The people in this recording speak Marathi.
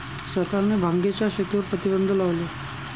सरकारने भांगेच्या शेतीवर प्रतिबंध लावला आहे